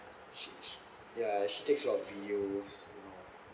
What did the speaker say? sh~ sh~ ya she takes a lot of videos you know